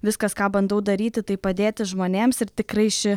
viskas ką bandau daryti tai padėti žmonėms ir tikrai ši